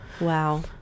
wow